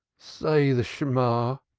say the shemang.